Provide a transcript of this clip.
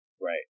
Right